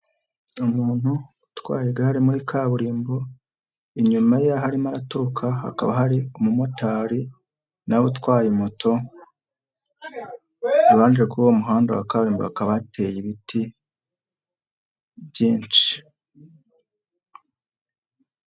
Umuntu utwaye igare muri kaburimbo, inyuma y'aho arimo araturuka hakaba hari umumotari na we utwaye moto, irihande kuri uwo muhanda wa kaburimbo hakaba hateye ibiti byinshi.